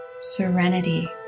serenity